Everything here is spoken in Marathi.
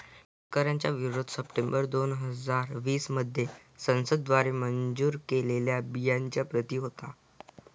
शेतकऱ्यांचा विरोध सप्टेंबर दोन हजार वीस मध्ये संसद द्वारे मंजूर केलेल्या बिलच्या प्रति होता